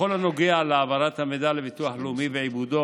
בכל הנוגע להעברת המידע לביטוח לאומי ועיבודו